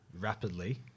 rapidly